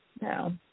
No